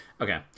okay